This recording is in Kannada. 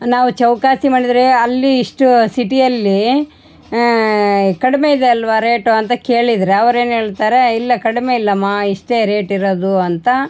ನಾವು ಚೌಕಾಸಿ ಮಾಡಿದರೆ ಅಲ್ಲಿ ಇಷ್ಟು ಸಿಟಿಯಲ್ಲಿ ಕಡಿಮೆ ಇದೆಯಲ್ಲವಾ ರೇಟು ಅಂತ ಕೇಳಿದರೆ ಅವ್ರು ಏನೇಳ್ತಾರೆ ಇಲ್ಲ ಕಡಿಮೆ ಇಲ್ಲಮ್ಮ ಇಷ್ಟೇ ರೇಟ್ ಇರೋದು ಅಂತ